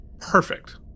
perfect